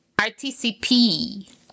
RTCP